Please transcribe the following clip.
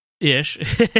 Ish